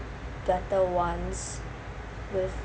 better ones with